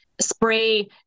spray